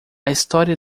história